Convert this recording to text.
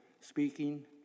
speaking